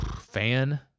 fan